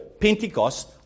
Pentecost